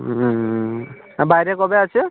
হুম আর বাইরে কবে আছে